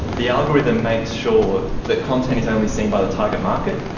the algorithm makes sure that content is only seen by the target market,